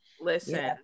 listen